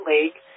League